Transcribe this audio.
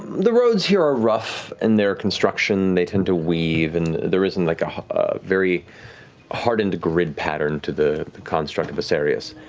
the roads here are rough in their construction. they tend to weave, and there isn't like ah a very hardened grid pattern to the construct of asarius.